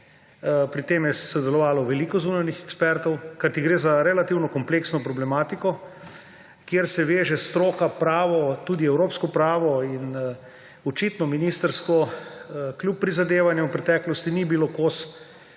Pri tem je sodelovalo veliko zunanjih ekspertov, kajti gre za relativno kompleksno problematiko, kjer se veže stroka, pravo tudi evropsko pravo in očitno ministrstvo kljub prizadevanju v preteklosti ni bilo kos